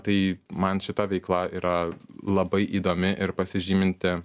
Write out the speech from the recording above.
tai man šita veikla yra labai įdomi ir pasižyminti